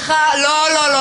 סליחה, לא, לא.